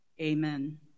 Amen